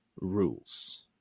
rules